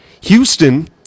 Houston